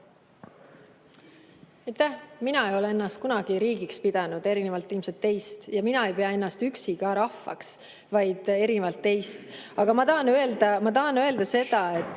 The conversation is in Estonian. Mina ei ole ennast kunagi riigiks pidanud, erinevalt ilmselt teist, ja mina ei pea ennast üksi ka rahvaks, erinevalt teist. Aga ma tahan öelda seda, et